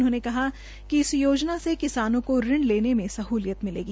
उन्होंने कहा कि इस योजना से किसानों ऋण लेने की साहलियत मिलेगा